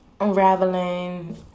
unraveling